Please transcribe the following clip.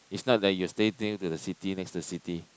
it's not that you stay near to the city next to the city